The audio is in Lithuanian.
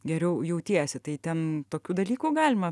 geriau jautiesi tai ten tokių dalykų galima